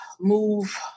move